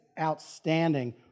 outstanding